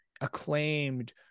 acclaimed